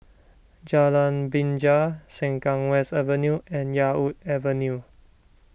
Jalan Binjai Sengkang West Avenue and Yarwood Avenue